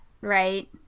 Right